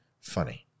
funny